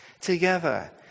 together